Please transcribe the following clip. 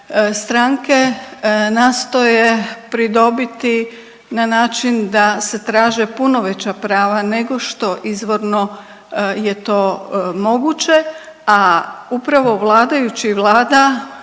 stranke nastoje pridobiti na način da se traže puno veća prava nego što izvorno je to moguće, a upravo vladajući i Vlada